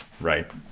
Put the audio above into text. Right